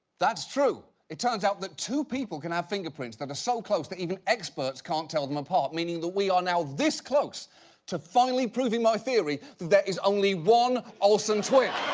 that's true. it turns out that two people can have finger prints that are so close that even experts can't tell them apart. meaning that we are now this close to finally proving my theory. there is only one olsen twin.